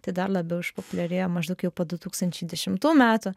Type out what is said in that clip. tai dar labiau išpopuliarėjo maždaug jau po du tūkstančiai dešimtų metų